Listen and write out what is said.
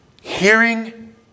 Hearing